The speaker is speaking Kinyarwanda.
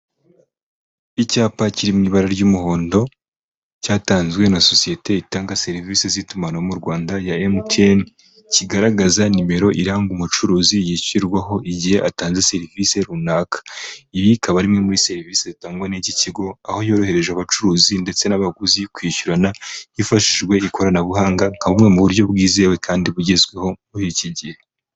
Icyapa kiri mu ibara ry'umuhondo, cyatanzwe na sosiyete itanga serivisi z'itumanaho mu Rwanda ya Emutiyene, kigaragaza nimero iranga umucuruzi yishyurirwaho igihe atangaze serivisi runaka. Iyi ikaba ari imwe muri serivisi zitangwa n'iki kigo, aho yoroheje abacuruzi ndetse n'abaguzi kwishyurana hifashishijwe ikoranabuhanga, nka bumwe mu buryo bwizewe kandi bugezweho muri iki gihe.